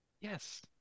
Yes